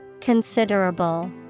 Considerable